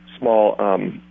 small